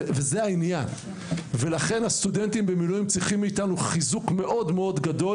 וזה העניין ולכן הסטודנטים במילואים צריכים מאיתנו חיזוק גדול.